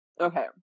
Okay